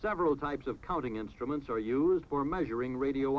several types of counting instruments are used for measuring radio